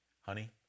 Honey